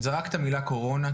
זרקת את המילה קורונה,